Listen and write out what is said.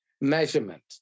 measurement